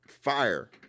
fire